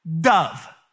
dove